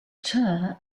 ter